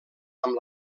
amb